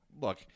Look